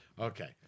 Okay